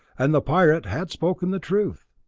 and the pirate had spoken the truth.